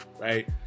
right